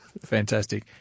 fantastic